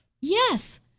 Yes